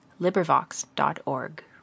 LibriVox.org